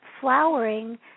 flowering